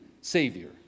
Savior